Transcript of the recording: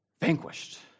vanquished